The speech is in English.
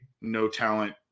no-talent